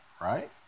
right